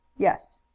yes.